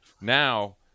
now